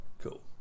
Cool